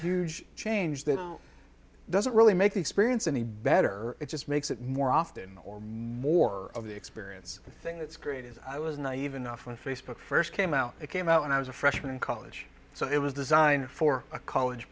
huge change that doesn't really make the experience any better it just makes it more often or more of the experience thing that's great is i was nave enough when facebook first came out it came out when i was a freshman in college so it was designed for a college